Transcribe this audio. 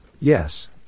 Yes